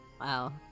Wow